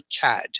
CAD